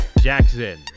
Jackson